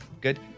good